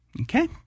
Okay